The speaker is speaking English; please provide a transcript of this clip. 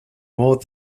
more